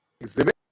exhibit